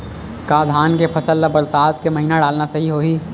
का धान के फसल ल बरसात के महिना डालना सही होही?